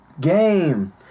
game